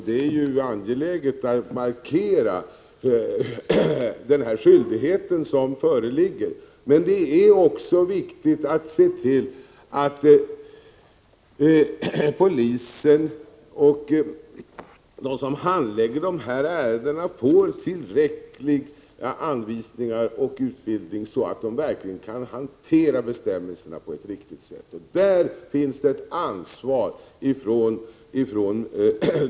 Det är angeläget att markera den skyldighet som föreligger, men det är också viktigt att se till att polisen och andra som handlägger de här ärendena får tillräckliga anvisningar och utbildning, så att de verkligen kan behandla bestämmelserna på ett riktigt sätt.